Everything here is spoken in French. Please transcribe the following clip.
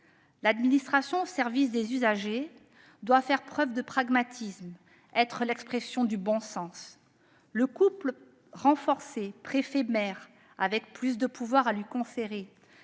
L'administration au service des usagers doit faire preuve de pragmatisme, être l'expression du bon sens. Le couple renforcé préfet-maire, s'il se voyait confier